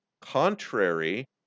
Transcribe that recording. contrary